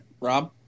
Rob